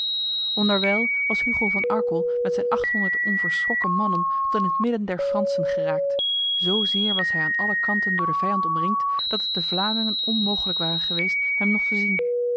onderwijl was hugo van arkel met zijn achthonderd onverschrokken mannen tot in het midden der fransen geraakt zozeer was hij aan alle kanten door de vijand omringd dat het de vlamingen onmogelijk ware geweest hem nog te zien